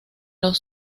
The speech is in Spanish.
los